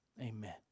Amen